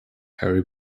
harry